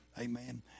amen